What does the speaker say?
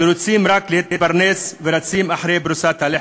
שרוצים רק להתפרנס ורצים אחרי פרוסת הלחם,